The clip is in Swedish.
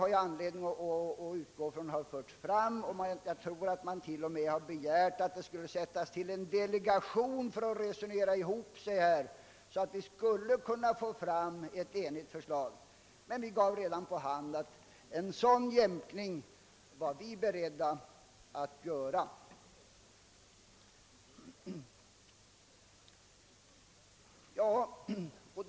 Jag har anledning att utgå från att detta har förts fram; jag tror att man t.o.m. begärt att det skulle tillsättas en delegation för att arbeta fram en kompromiss som kunde resultera i ett enhälligt förslag. Vi har alltså gett på hand, att vi var beredda att göra en jämkning.